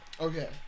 Okay